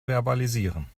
verbalisieren